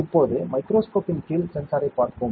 இப்போது மைக்ரோஸ்கோப் இன் கீழ் சென்சாரை பார்ப்போம்